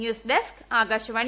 news desk Akashvani